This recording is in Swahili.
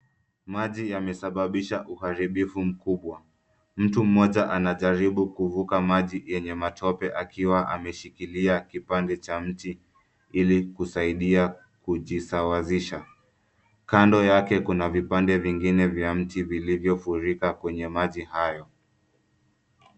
Maji yamesababisha uharibifu mkubwa. Mtu mmoja anajaribu kuvuka maji yenye matope akiwa ameshikilia kipande cha mti ili kusaidia kujisawazisha, kando yake kuna vipande vingine vya mti vilivyo furika kwenye maji hayo.